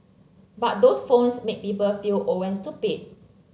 but those phones make people feel old and stupid